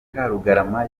karugarama